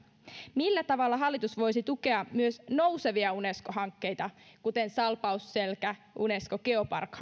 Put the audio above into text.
millä tavalla hallitus voisi tukea myös nousevia unesco hankkeita kuten salpausselkä unesco geopark